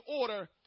order